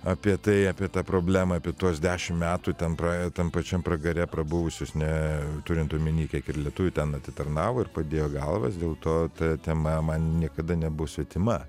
apie tai apie tą problemą apie tuos dešim metų ten praėjo tam pačiam pragare prabuvusius turint omeny kiek ir lietuvių ten atitarnavo ir padėjo galvas dėl to ta tema man niekada nebus svetima